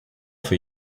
for